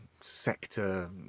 sector